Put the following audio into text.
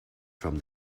from